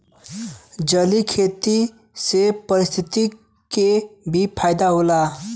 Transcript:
जलीय खेती से पारिस्थितिकी के भी फायदा होला